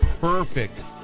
perfect